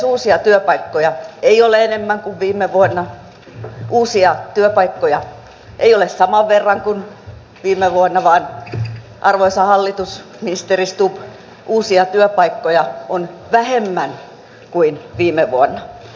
uusia työpaikkoja ei ole enemmän kuin viime vuonna uusia työpaikkoja ei ole saman verran kuin viime vuonna vaan arvoisa hallitus ministeri stubb uusia työpaikkoja on vähemmän kuin viime vuonna